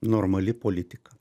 normali politika